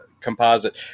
composite